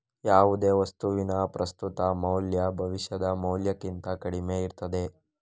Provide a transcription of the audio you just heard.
ಯಾವುದೇ ವಸ್ತುವಿನ ಪ್ರಸ್ತುತ ಮೌಲ್ಯ ಭವಿಷ್ಯದ ಮೌಲ್ಯಕ್ಕಿಂತ ಕಡಿಮೆ ಇರ್ತದೆ